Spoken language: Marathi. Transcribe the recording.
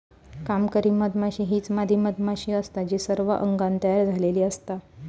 कामकरी मधमाशी हीच मादी मधमाशी असता जी सर्व अंगान तयार झालेली असता